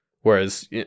Whereas